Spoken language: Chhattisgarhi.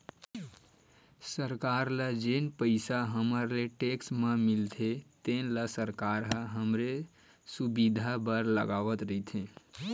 सरकार ल जेन पइसा हमर ले टेक्स म मिलथे तेन ल सरकार ह हमरे सुबिधा बर लगावत रइथे